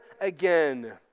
again